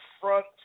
front